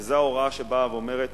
וזו ההוראה שבאה ואומרת: